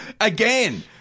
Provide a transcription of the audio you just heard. Again